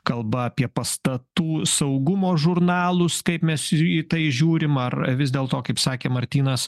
kalba apie pastatų saugumo žurnalus kaip mes ir į tai žiūrim ar vis dėl to kaip sakė martynas